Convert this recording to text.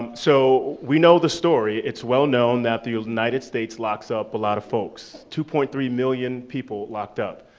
so we know the story. it's well-known that the united states locks up a lotta folks, two point three million people locked up.